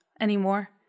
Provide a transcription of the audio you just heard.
anymore